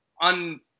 on